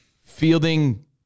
fielding